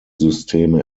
systeme